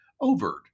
overt